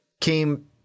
came